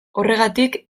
horregatik